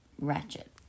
Ratchet